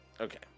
Okay